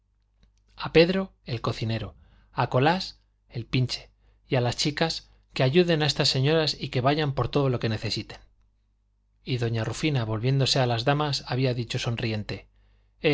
a pedro el cocinero a colás el pinche y a las chicas que ayuden a estas señoras y que vayan por todo lo que necesiten y doña rufina volviéndose a las damas había dicho sonriente